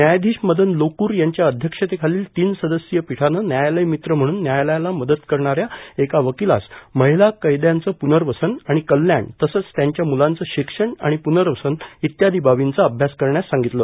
न्यायायीश मदन लोकूर यांच्या अध्यक्षतेखालील तीन सदस्यीय पीठाने न्यायालय मित्र म्हणून न्यायालयाला मदत करणाऱ्या एका वकिलास महिला कैद्यांचं पुनर्वसन आणि कल्याण तसंच त्यांच्या मुलांचं शिक्षण आणि पुनर्वसन इत्यादी बाबींचा अभ्यास करण्यास सांगितलं